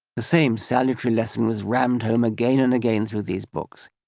the same salutary lesson was rammed home again and again through these books.